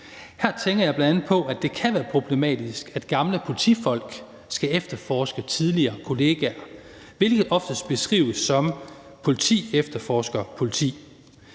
Her tænker jeg bl.a. på, at det kan være problematisk, at gamle politifolk skal efterforske tidligere kollegaer, hvilket oftest beskrives som politi efterforsker politi.